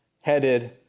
headed